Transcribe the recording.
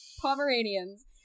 pomeranians